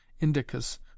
indicus